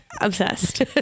obsessed